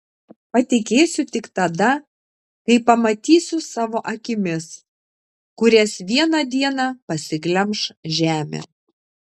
patikėsiu tik tada kai pamatysiu savo akimis kurias vieną dieną pasiglemš žemė